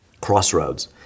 crossroads